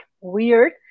weird